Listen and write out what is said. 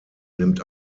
nimmt